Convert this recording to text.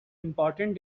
important